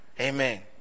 Amen